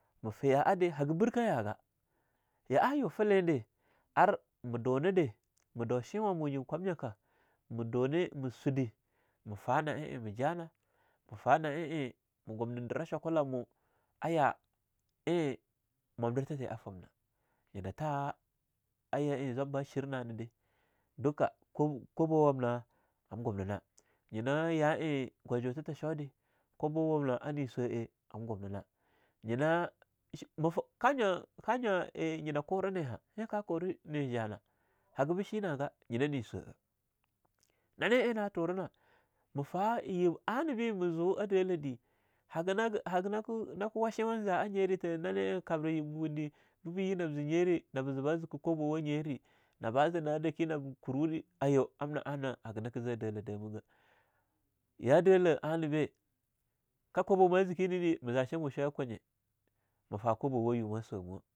Mah fiyah a deh, hagah birkah yah'agah, ya'a yu file de ar mah dunada ma dau chiwahmunyi kwamnyaka, me dune me sude, ma fahna eing majah nah, ma fah na a eing mah gumdidrah shwakulamo, a yah eing mumdirtha the a femnah nyinah tha a yah eing zwab bah shir nah ne deh, dukah, kwabow wamnah ham gumnenah, nyina ya eing gwajutha shoo deh kwabow wamna a ne swa'e ham gumnina nyina tsh ma fh kahnywa-kanywa eh nyinah kureneh ha, hein ka kurub ne ja na haga bu shinaga nyina ne swah'a nane eing natura na ma fa yib anah beh ma zo a Dalah deh, haga na ke haganaki wachiwah za'a nyere ta nani eing kabbrah yiba wundi bibah yi nab ze nyere naba ze ba ziki kobwa nyere nabah ze na dakeh ba kurwa deh, aiyo amna ana haga naki zeh a Dalah damaga ya Dalah anabe ka kwabow ma zike ne deh, ma za sham chwayah kwanye, ma fa kwabo ma swamuwah.